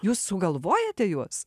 jūs sugalvojate juos